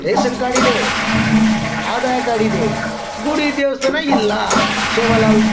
ration card ಇದೆ Aadhaar card ಇದೆ ಗುಡಿ ದೇವ್ಸ್ಥಾನಯಿಲ್ಲ ಶಿವಲಾಲ್ದು